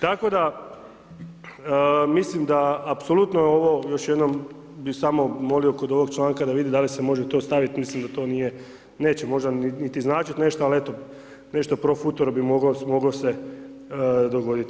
Tako da mislim da apsolutno je ovo još jednom bi samo molio kod ovog članka da vidim da li se može to staviti, mislim da to nije, neće možda niti značiti nešto ali eto, nešto pro futuro bi moglo se dogoditi.